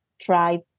try